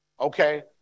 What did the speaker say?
Okay